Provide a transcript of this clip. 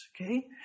okay